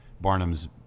Barnum's